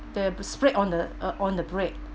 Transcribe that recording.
they spread on the uh on the bread